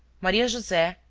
maria-jose,